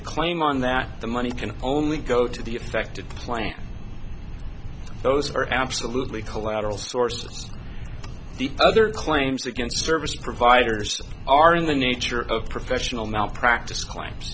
a claim on that the money can only go to the affected plan those are absolutely collateral sources the other claims against service providers are in the nature of professional malpractise claims